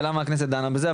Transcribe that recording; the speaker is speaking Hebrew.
ולמה הכנסת דנה בזה.